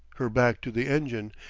her back to the engine,